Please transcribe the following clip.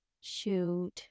shoot